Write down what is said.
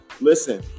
Listen